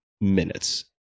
minutes